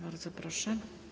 Bardzo proszę.